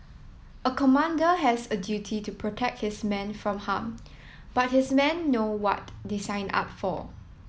a commander has a duty to protect his men from harm but his men know what they signed up for